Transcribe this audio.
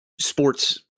sports –